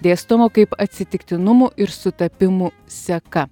dėstomo kaip atsitiktinumų ir sutapimų seka